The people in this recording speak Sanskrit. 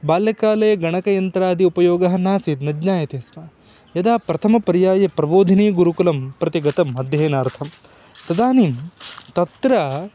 बाल्यकाले गणकयन्त्रादि उपयोगः नासीद् न ज्ञायते स्म यदा प्रथमपर्याये प्रबोधिनीगुरुकुलं प्रति गतम् अध्ययनार्थं तदानीं तत्र